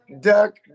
duck